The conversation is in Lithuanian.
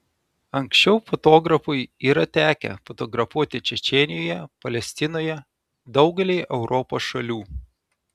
anksčiau fotografui yra tekę fotografuoti čečėnijoje palestinoje daugelyje europos šalių